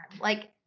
Like-